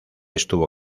estuvo